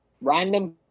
random